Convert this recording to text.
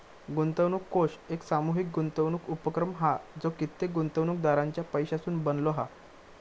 गुंतवणूक कोष एक सामूहीक गुंतवणूक उपक्रम हा जो कित्येक गुंतवणूकदारांच्या पैशासून बनलो हा